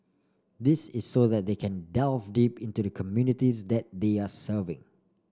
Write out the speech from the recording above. this is so that they can delve deep into the communities that they are serving